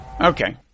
Okay